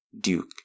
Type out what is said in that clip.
Duke